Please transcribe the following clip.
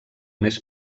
més